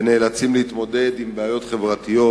שנאלצים להתמודד עם בעיות חברתיות,